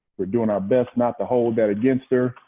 we're doing our best not to hold that against her.